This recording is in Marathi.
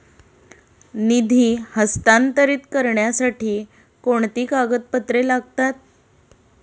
निधी हस्तांतरित करण्यासाठी कोणती कागदपत्रे लागतात?